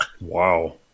Wow